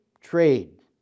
trade